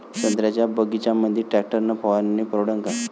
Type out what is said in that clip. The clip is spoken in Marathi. संत्र्याच्या बगीच्यामंदी टॅक्टर न फवारनी परवडन का?